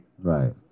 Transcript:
right